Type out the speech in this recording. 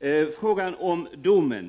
till frågan om domen.